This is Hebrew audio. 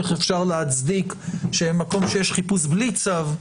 איך אפשר להצדיק שבמקום שיש חיפוש בלי צו,